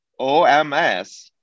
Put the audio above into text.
OMS